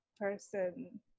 person